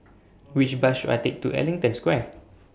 Which Bus should I Take to Ellington Square